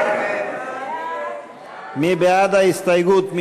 מי בעד ההסתייגות?